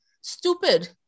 stupid